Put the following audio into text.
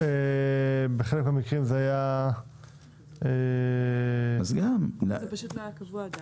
זה עדיין לא היה קבוע.